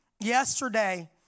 Yesterday